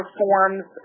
forms